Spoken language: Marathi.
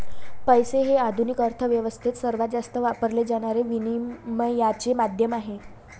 पैसा हे आधुनिक अर्थ व्यवस्थेत सर्वात जास्त वापरले जाणारे विनिमयाचे माध्यम आहे